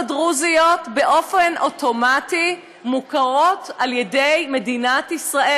הדרוזיות באופן אוטומטי מוכרות על ידי מדינת ישראל.